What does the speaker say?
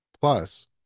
Plus